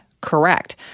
correct